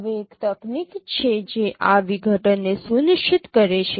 હવે એક તકનીક છે જે આ વિઘટનને સુનિશ્ચિત કરે છે